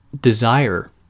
desire